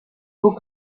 faut